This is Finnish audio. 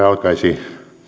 alkaisi